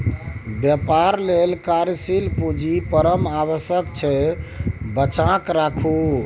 बेपार लेल कार्यशील पूंजी परम आवश्यक छै बचाकेँ राखू